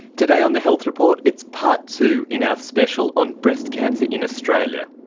today on the health report it's part two in our special on breast cancer in australia,